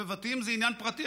בבתים זה עניין פרטי.